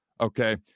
okay